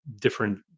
different